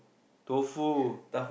tofu